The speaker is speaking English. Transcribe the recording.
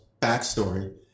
backstory